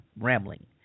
rambling